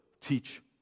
teach